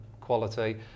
quality